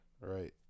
Right